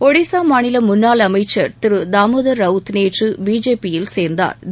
ஒடிசா மாநில முன்னாள் அமைச்சர் திரு தாமோதர் ரவுத் நேற்று பிஜேபி யில் சேர்ந்தாா்